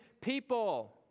people